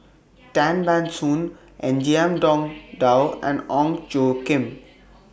Tan Ban Soon Ngiam Tong Dow and Ong Tjoe Kim